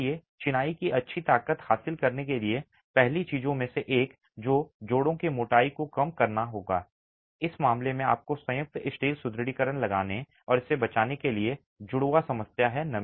इसलिए चिनाई की अच्छी ताकत हासिल करने के लिए पहली चीजों में से एक है जो जोड़ों की मोटाई को कम करना है और इस मामले में आपको संयुक्त में स्टील सुदृढीकरण लगाने और इसे से बचाने के लिए जुड़वां समस्या है